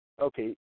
Okay